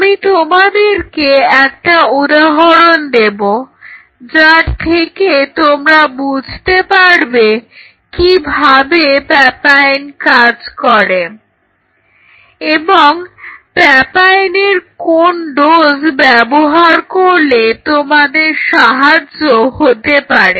আমি তোমাদেরকে একটা উদাহরণ দেব যার থেকে তোমরা বুঝতে পারবে কিভাবে প্যাপাইন কাজ করে এবং প্যাপাইনের কোন ডোজ ব্যবহার করলে তোমাদের সাহায্য হতে পারে